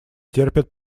терпят